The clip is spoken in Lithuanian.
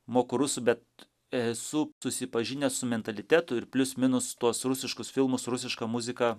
moku rusų bet esu susipažinęs su mentalitetu ir plius minus tuos rusiškus filmus rusiška muzika